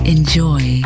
Enjoy